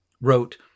wrote